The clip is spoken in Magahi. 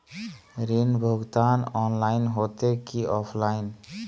ऋण भुगतान ऑनलाइन होते की ऑफलाइन?